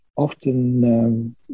Often